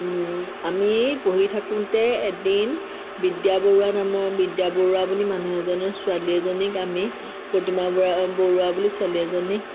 আমি পঢ়ি থাকোতে এদিন বিদ্যা বৰুৱা নামৰ বিদ্যা বৰুৱা বুলি মানুহ এজনৰ ছোৱালী এজনীক আমি প্ৰতিমা বৰা বৰুৱা বুলি ছোৱালী এজনীক